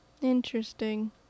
Interesting